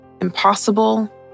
impossible